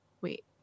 wait